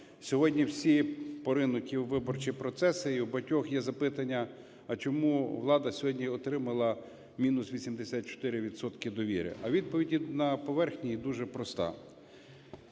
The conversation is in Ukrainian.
сьогодні всі поринуті у виборчі процеси, і у багатьох є запитання, а чому влада сьогодні отримала мінус 84 відсотки довіри. А відповідь на поверхні і дуже проста.